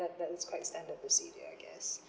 that's that is quite standard procedure I guess